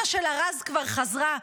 אימא שלה, רז, כבר חזרה.